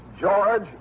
George